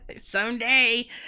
Someday